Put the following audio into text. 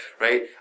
Right